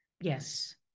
Yes